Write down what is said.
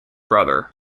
brother